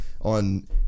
on